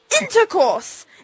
Intercourse